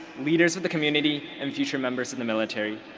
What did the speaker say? leaders of the community, and future members in the military.